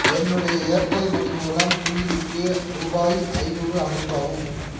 என்னுடைய Airtel money மூலம் குயிலிக்கு ரூபாய் ஐநூறு அனுப்பவும்